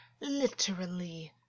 Literally